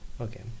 Okay